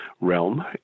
realm